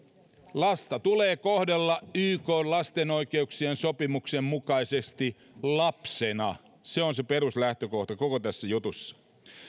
lasta tulee kohdella ykn lasten oikeuksien sopimuksen mukaisesti lapsena se on se peruslähtökohta koko tässä jutussa